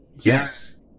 Yes